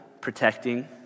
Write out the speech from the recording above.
protecting